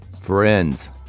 Friends